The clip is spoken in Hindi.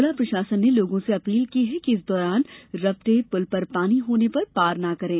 जिला प्रशासन ने लोगों से अपील की है कि इस दौरान रपटे पुल पर पानी होने पर पार ना करें